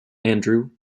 andrew